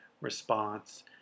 response